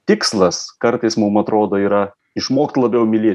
tikslas kartais mum atrodo yra išmokt labiau mylė